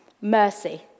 mercy